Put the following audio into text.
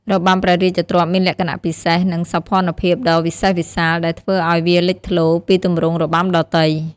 របាំព្រះរាជទ្រព្យមានលក្ខណៈពិសេស និងសោភ័ណភាពដ៏វិសេសវិសាល ដែលធ្វើឱ្យវាលេចធ្លោពីទម្រង់របាំដទៃ។